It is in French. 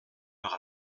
heure